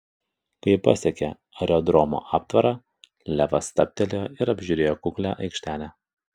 kai pasiekė aerodromo aptvarą levas stabtelėjo ir apžiūrėjo kuklią aikštelę